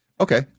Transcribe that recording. Okay